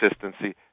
consistency